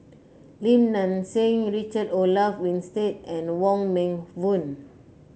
Lim Nang Seng Richard Olaf Winstedt and Wong Meng Voon